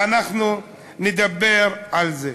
ואנחנו נדבר על זה.